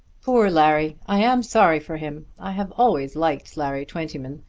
poor larry! i am sorry for him. i have always liked larry twentyman.